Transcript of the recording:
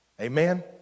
Amen